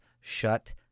shut